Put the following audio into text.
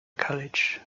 college